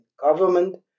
government